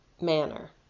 manner